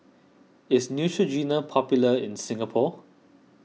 is Neutrogena popular in Singapore